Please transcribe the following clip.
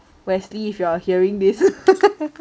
wesley if you're hearing this